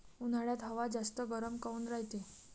उन्हाळ्यात हवा जास्त गरम काऊन रायते?